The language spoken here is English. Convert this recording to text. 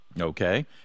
Okay